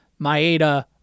Maeda